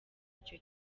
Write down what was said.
icyo